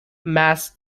mass